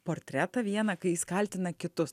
portretą vieną kai jis kaltina kitus